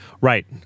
Right